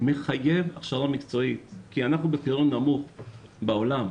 מחייב הכשרה מקצועית כי אנחנו נמוכים בעולם,